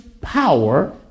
power